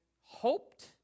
hoped